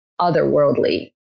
otherworldly